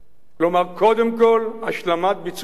כלומר קודם כול השלמת ביצוע פסק-הדין.